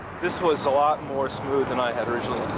this was a lot more smooth than i had originally